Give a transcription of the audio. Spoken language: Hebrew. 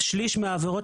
שליש מהעבירות